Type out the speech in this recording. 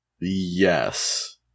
Yes